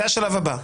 זה השלב הבא.